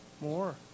More